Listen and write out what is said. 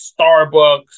Starbucks